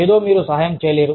ఏదో మీరు సహాయం చేయలేరు